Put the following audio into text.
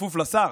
כפוף לשר,